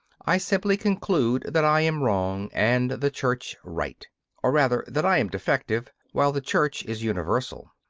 i simply conclude that i am wrong, and the church right or rather that i am defective, while the church is universal.